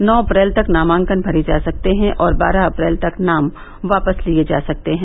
नौ अप्रैल तक नामांकन भरे जा सकते हैं और बारह अप्रैल तक नाम वापस लिये जा सकते हैं